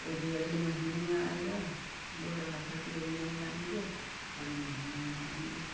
वह भी अगले महीने में आएगा बोल रहा था कि अभी नहीं आएँगे अगले महिने में आएँगे